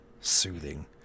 soothing